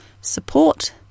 support